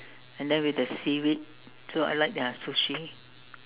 and then with the seaweed so I like their sushi